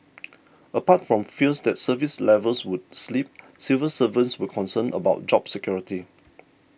apart from fears that service levels would slip civil servants were concerned about job security